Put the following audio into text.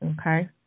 okay